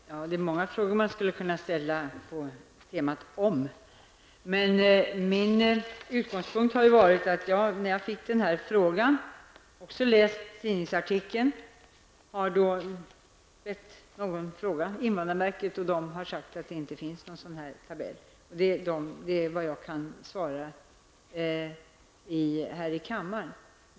Herr talman! Det är många frågor som man skulle kunna ställa på temat om. Sedan jag fick den här frågan har jag läst tidningsartikeln och bett någon fråga invandrarverket. På invandrarverket säger man att det inte finns någon sådan tabell. Och det är vad jag kan säga här i kammaren.